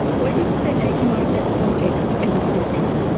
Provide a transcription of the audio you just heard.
why didn't they take him out of that context and assess him?